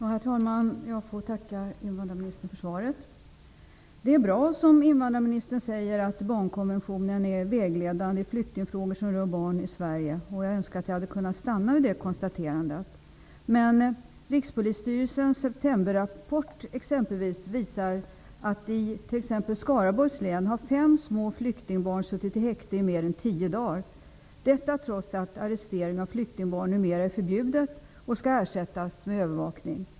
Herr talman! Jag får tacka invandrarministern för svaret. Det är bra att barnkonventionen är vägledande för flyktingfrågor som rör barn i Sverige. Jag önskar att jag hade kunnat stanna vid det konstaterandet. Men Rikspolisstyrelsens septemberrapport visar att i t.ex. Skaraborgs län har fem små flyktingbarn suttit i häkte mer än tio dagar, detta trots att häktning av flyktingbarn numera är förbjudet och skall ersättas med övervakning.